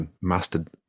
mastered